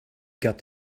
got